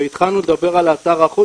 והתחלנו לדבר על האתר האחוד,